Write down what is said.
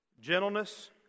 gentleness